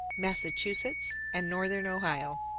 massachusetts, and northern ohio.